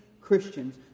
Christians